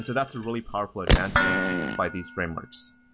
so that's a really powerful advancement by these frameworks.